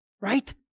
right